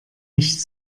nicht